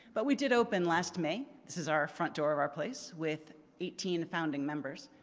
but we did open last may, this is our front door of our place with eighteen founding members.